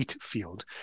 field